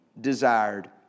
desired